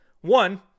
One